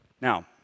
Now